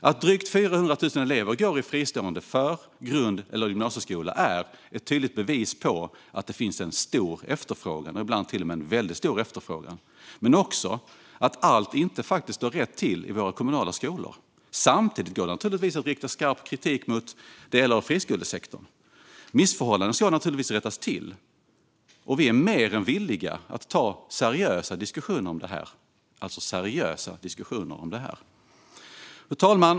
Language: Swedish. Att drygt 400 000 elever går i en fristående för, grund eller gymnasieskola är ett tydligt bevis på att det finns en stor efterfrågan, ibland till och med väldigt stor efterfrågan. Men det visar också att allt inte står rätt till i våra kommunala skolor. Samtidigt går det naturligtvis att rikta skarp kritik mot delar av friskolesektorn. Missförhållanden ska såklart rättas till. Vi är mer än villiga att ta seriösa diskussioner om det här. Fru talman!